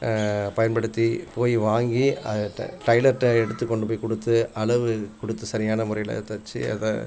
பயன்படுத்தி போய் வாங்கி அதை த டெய்லர்கிட்ட எடுத்துக் கொண்டு போய் கொடுத்து அளவு கொடுத்து சரியான முறையில் தச்சு அதை